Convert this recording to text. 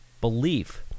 belief